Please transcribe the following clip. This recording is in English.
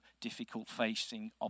difficult-facing